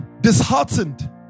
disheartened